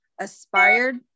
aspired